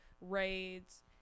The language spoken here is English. raids